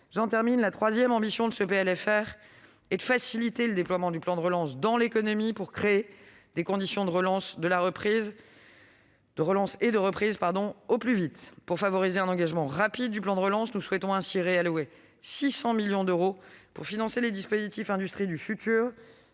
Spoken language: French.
extérieure. La troisième ambition de ce PLFR est de faciliter le déploiement du plan de relance dans l'économie pour créer les conditions de la reprise au plus vite. Pour favoriser un engagement rapide du plan de relance, nous souhaitons ainsi réallouer 600 millions d'euros pour financer les dispositifs « Industrie du futur